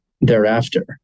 thereafter